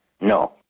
No